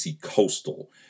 Coastal